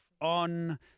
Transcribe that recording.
on